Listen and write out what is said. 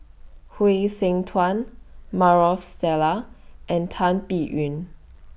Hsu Tse Maarof Salleh and Tan Biyun